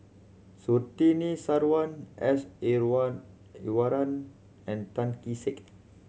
Surtini Sarwan S Iswaran and Tan Kee Sek